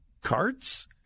carts